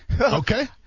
Okay